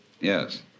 Yes